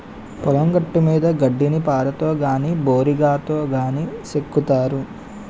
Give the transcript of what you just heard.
పొలం గట్టుమీద గడ్డిని పారతో గాని బోరిగాతో గాని సెక్కుతారు